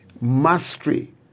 mastery